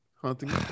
Hunting